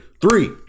three